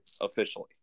officially